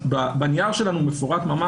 בנייר שלנו המספרים ממש מפורטים.